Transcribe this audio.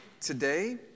today